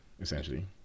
essentially